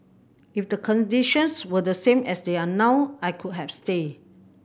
if the conditions were the same as they are now I could have stayed